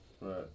Right